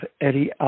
Eddie